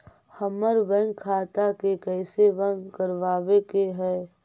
हमर बैंक खाता के कैसे बंद करबाबे के है?